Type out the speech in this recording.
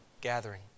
gathering